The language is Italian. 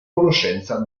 conoscenza